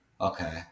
Okay